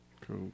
Cool